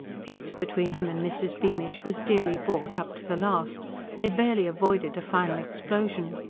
peace between him and mrs. beamish was dearly bought up to the last they barely avoided a final explosion.